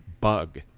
bug